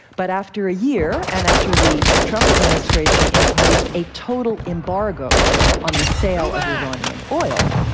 but after a year, and after the trump administration imposed a total embargo on the sale of iranian oil,